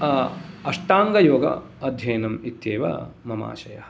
अष्टाङ्गयोग अध्ययनम् इत्येव मम आशयः